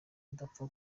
adapfa